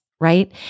right